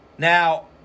Now